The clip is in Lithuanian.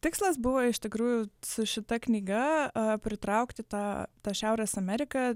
tikslas buvo iš tikrųjų su šita knyga pritraukti tą tą šiaurės ameriką